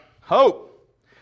hope